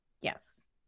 Yes